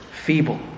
Feeble